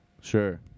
Sure